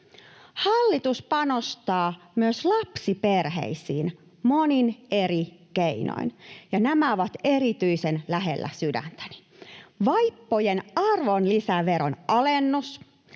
Hallitus panostaa myös lapsiperheisiin monin eri keinoin, ja nämä ovat erityisen lähellä sydäntäni: vaippojen arvonlisäveron alennuksella,